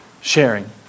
Sharing